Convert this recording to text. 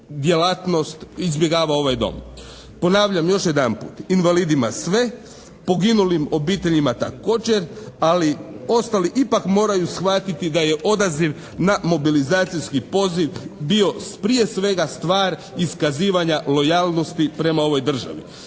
djelatnost, izbjegava ovaj dom. Ponavljam još jedanput. Invalidima sve, poginulim obiteljima također, ali ostali ipak moraju shvatiti da je odaziv na mobilizacijski poziv bio prije svega stvar iskazivanja lojalnosti prema ovoj državi.